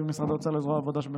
מבקשת הממשלה את אישורה של הכנסת